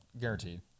Guaranteed